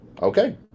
Okay